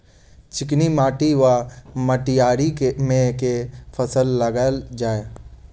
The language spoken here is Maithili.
चिकनी माटि वा मटीयारी मे केँ फसल लगाएल जाए?